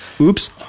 Oops